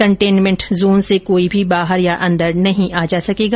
containment zone से कोई भी बाहर या अंदर नहीं आ जा सकेगा